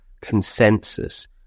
consensus